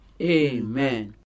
Amen